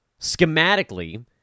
schematically